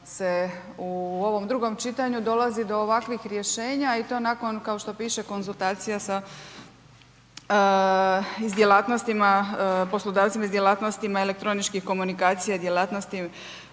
se u ovom drugom čitanju dolazi do ovakvih rješenja i to nakon, kao što piše, konzultacija sa i s djelatnostima, poslodavcima i s djelatnostima elektroničkih komunikacija i djelatnosti